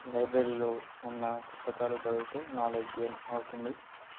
లైబ్రరీలో ఉన్న పుస్తకాలు చదివితే నాలెడ్జ్ గైన్ అవుతుంది